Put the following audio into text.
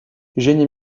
génie